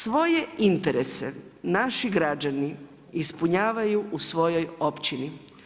Svoje interese naši građani ispunjavaju u svojoj općini.